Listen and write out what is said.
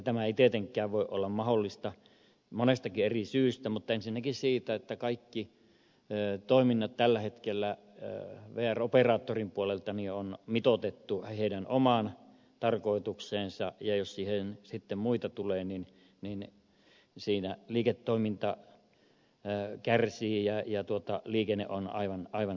tämä ei tietenkään voi olla mahdollista monestakin eri syystä mutta ensinnäkin siksi että kaikki toiminnot tällä hetkellä vr operaattorin puolelta on mitoitettu sen omaan tarkoitukseen ja jos siihen muita tulee siinä liiketoiminta kärsii ja liikenne on aivan sekaisin